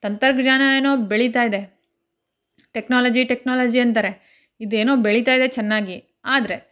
ತಂತ್ರಜ್ಞಾನ ಏನೋ ಬೆಳಿತಾಯಿದೆ ಟೆಕ್ನಾಲಜಿ ಟೆಕ್ನಾಲಜಿ ಅಂತಾರೆ ಇದೇನೋ ಬೆಳಿತಾಯಿದೆ ಚೆನ್ನಾಗಿ ಆದರೆ